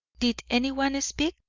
did anyone speak?